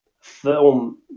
film